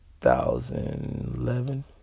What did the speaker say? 2011